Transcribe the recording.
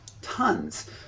tons